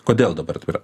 kodėl dabar tai yra